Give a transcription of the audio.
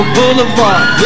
Boulevard